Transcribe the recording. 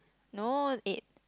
no eight